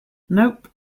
nope